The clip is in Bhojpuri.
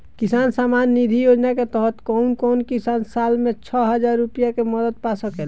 किसान सम्मान निधि योजना के तहत कउन कउन किसान साल में छह हजार रूपया के मदद पा सकेला?